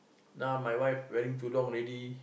now my wife wearing tudung already